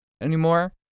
anymore